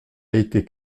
été